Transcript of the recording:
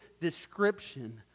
description